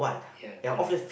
ya correct